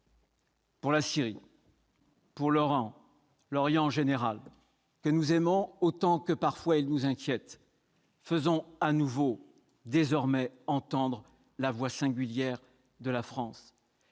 pour la Syrie, pour l'Orient en général, que nous aimons autant que, parfois, il nous inquiète, faisons à nouveau retentir la voix singulière de la France,